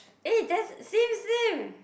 eh that's same same